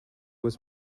was